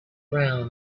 round